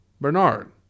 Bernard